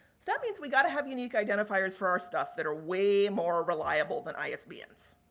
so, that means we've got to have unique identifiers for our stuff that are way more reliable than isbn's.